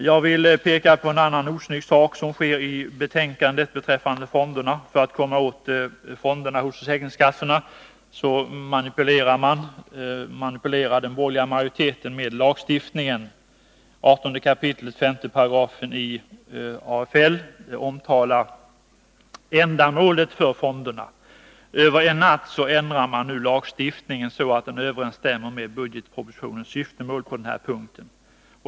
Jag vill peka på en annan osnygg sak som sker i detta betänkande beträffande fonderna. För att komma åt fonderna hos försäkringskassorna manipulerar den borgerliga majoriteten med lagstiftningen. 18 kap. 15 § AFL omtalar ändamålet för fonderna. Över en natt ändrar man nu lagstiftningen så att den överensstämmer med budgetpropositionens syftemål på denna punkt.